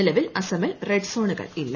നിലവിൽ അസമിൽ റെഡ്സോണുകൾ ഇല്ല